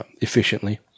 efficiently